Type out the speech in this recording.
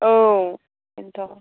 औ बेनथ'